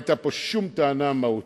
לא היתה פה שום טענה מהותית.